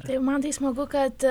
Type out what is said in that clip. tai man tai smagu kad